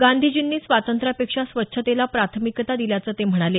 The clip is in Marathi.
गांधीजींनी स्वातंत्र्यापेक्षा स्वच्छतेला प्राथमिकता दिल्याचं ते म्हणाले